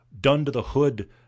done-to-the-hood